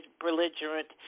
belligerent